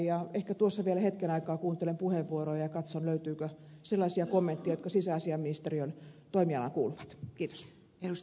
ehkä tuossa vielä hetken aikaa kuuntelen puheenvuoroja ja katson löytyykö sellaisia kommentteja jotka sisäasiainministeriön toimialaan kuuluvat